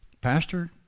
pastor